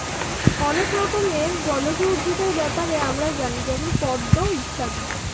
অনেক রকমের জলজ উদ্ভিদের ব্যাপারে আমরা জানি যেমন পদ্ম ইত্যাদি